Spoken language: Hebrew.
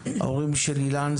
ההורים של אילן,